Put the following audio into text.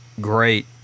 great